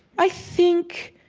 i think